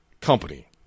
company